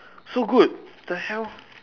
so good the hell